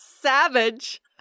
Savage